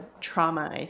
trauma